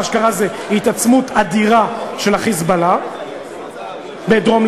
מה שקרה זה התעצמות אדירה של ה"חיזבאללה" בדרום-לבנון,